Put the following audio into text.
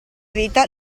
vita